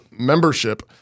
membership